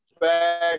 back